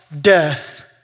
death